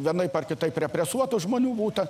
vienaip ar kitaip represuotų žmonių būta